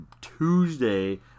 Tuesday